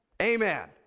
amen